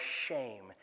shame